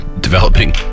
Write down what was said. Developing